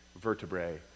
vertebrae